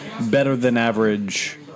better-than-average